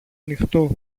ανοιχτό